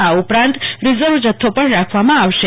આ ઉપરાંત રીઝર્વ જથ્થો પણ રાખવામાં આવશે